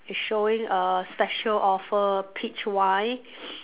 showing a special offer peach wine